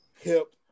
hip